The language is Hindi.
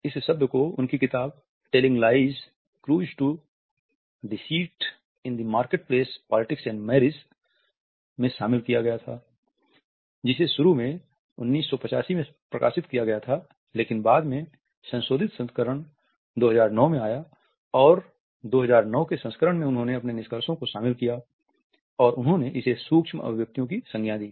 इस शब्द को उनकी किताब telling lies clues to deceit in the marketplace politics and marriage में शामिल किया गया था जिसे शुरू में 1985 में प्रकाशित किया गया था लेकिन बाद में संशोधित संस्करण 2009 में आया और 2009 के संस्करण में उन्होंने अपने निष्कर्षों को शामिल किया और उन्होंने इसे सूक्ष्म अभिव्यक्तियों की संज्ञा दी